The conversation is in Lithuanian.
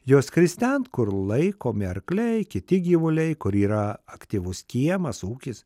jos skris ten kur laikomi arkliai kiti gyvuliai kur yra aktyvus kiemas ūkis